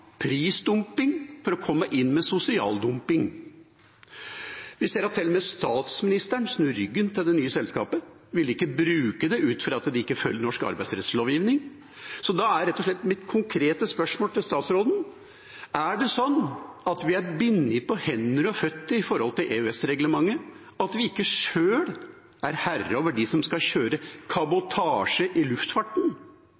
prisdumping for å komme inn med sosial dumping. Vi ser at til og med statsministeren snur ryggen til det nye selskapet og ikke vil bruke det fordi det ikke følger norsk arbeidsrettslovgiving. Da er rett og slett mitt konkrete spørsmål til statsråden: Er vi bundet på hender og føtter av EØS-reglementet, slik at vi sjøl ikke er herre over dem som skal kjøre